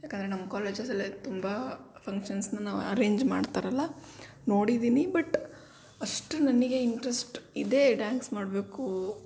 ಯಾಕಂದರೆ ನಮ್ಮ ಕಾಲೇಜಸ್ಸಲ್ಲೇ ತುಂಬ ಫಂಕ್ಷನ್ಸ್ನ ನಾವು ಅರೇಂಜ್ ಮಾಡ್ತಾರಲ್ಲ ನೋಡಿದ್ದೀನಿ ಬಟ್ ಅಷ್ಟು ನನಗೆ ಇಂಟ್ರೆಸ್ಟ್ ಇದೆ ಡ್ಯಾಂಗ್ಸ್ ಮಾಡಬೇಕು